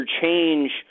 change